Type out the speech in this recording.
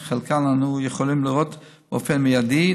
את חלקן אנו יכולים לראות באופן מיידי,